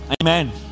Amen